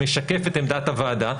שמשקף את עמדת הוועדה,